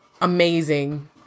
amazing